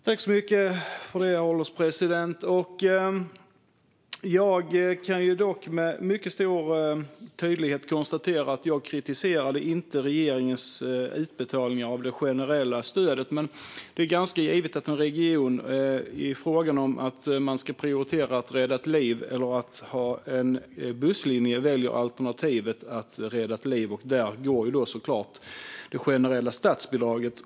Herr ålderspresident! Jag kan med mycket stor tydlighet konstatera att jag inte kritiserade regeringens utbetalningar av det generella stödet. Det är dock ganska givet att en region i frågan om man ska prioritera att rädda ett liv eller ha en busslinje väljer alternativet att rädda ett liv, och dit går såklart det generella statsbidraget.